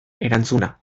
erantzuna